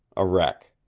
a wreck.